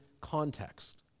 context